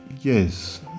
Yes